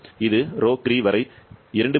இது ρcri வரை 2